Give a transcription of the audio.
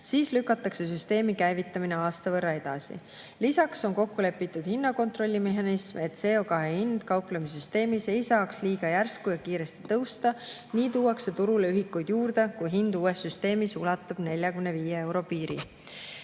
siis lükatakse süsteemi käivitamine aasta võrra edasi. Lisaks on kokku lepitud hinnakontrolli mehhanismis, et CO2hind kauplemissüsteemis ei saaks liiga järsku ja kiiresti tõusta. Nii tuuakse turule ühikuid juurde, kui hind uues süsteemis ületab 45 euro piiri. Viies